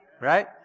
right